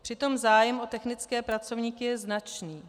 Přitom zájem o technické pracovníky je značný.